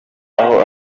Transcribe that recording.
aho